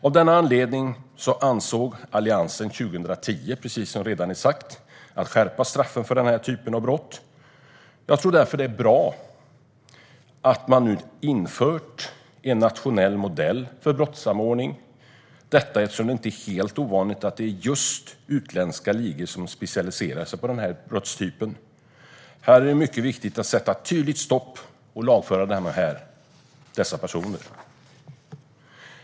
Av denna anledning ansåg Alliansen 2010, precis som redan har sagts, att straffen för denna typ av brott skulle skärpas. Därför tror jag att det är bra att man nu har infört en nationell modell för brottssamordning, eftersom det inte är helt ovanligt att det är just utländska ligor som specialiserar sig på denna brottstyp. Här är det mycket viktigt att sätta ett tydligt stopp och lagföra dessa personer.